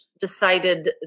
decided